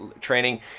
training